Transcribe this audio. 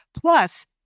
plus